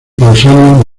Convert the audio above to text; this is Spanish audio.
pausanias